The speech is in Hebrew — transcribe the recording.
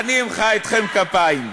אני אמחא אתכם כפיים.